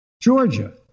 Georgia